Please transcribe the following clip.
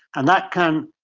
and that can,